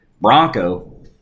Bronco